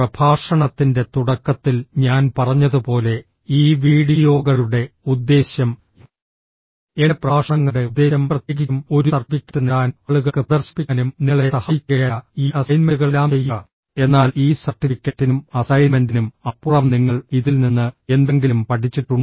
പ്രഭാഷണത്തിന്റെ തുടക്കത്തിൽ ഞാൻ പറഞ്ഞതുപോലെ ഈ വീഡിയോകളുടെ ഉദ്ദേശ്യം എന്റെ പ്രഭാഷണങ്ങളുടെ ഉദ്ദേശ്യം പ്രത്യേകിച്ചും ഒരു സർട്ടിഫിക്കറ്റ് നേടാനും ആളുകൾക്ക് പ്രദർശിപ്പിക്കാനും നിങ്ങളെ സഹായിക്കുകയല്ല ഈ അസൈൻമെന്റുകളെല്ലാം ചെയ്യുക എന്നാൽ ഈ സർട്ടിഫിക്കറ്റിനും അസൈൻമെന്റിനും അപ്പുറം നിങ്ങൾ ഇതിൽ നിന്ന് എന്തെങ്കിലും പഠിച്ചിട്ടുണ്ടോ